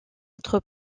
être